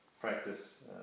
practice